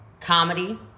comedy